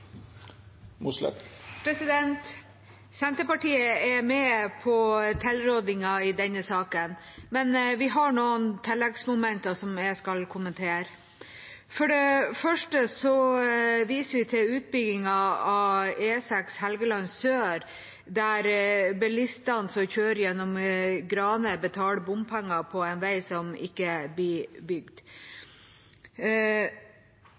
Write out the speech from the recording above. Senterpartiet er med på tilrådingen i denne saken, men vi har noen tilleggsmomenter som jeg skal kommentere. For det første viser vi til utbyggingen av E6 Helgeland sør, der bilistene som kjører gjennom Grane, betaler bompenger på en vei som ikke blir bygd.